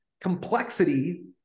complexity